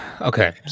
Okay